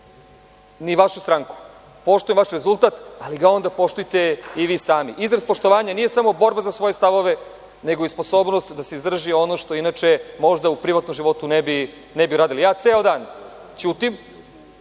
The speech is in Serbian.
ni vašu stranku. Poštujem vaš rezultat, ali ga onda poštujte i vi sami. Izraz poštovanja nije samo borba za svoje stavove, nego i sposobnost da se izdrži ono što inače možda u privatnom životu ne bi radili. Ceo dan ćutim,